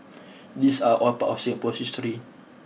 these are all part of Singapore's history